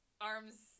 arms